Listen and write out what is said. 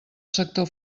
sector